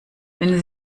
wenn